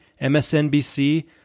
MSNBC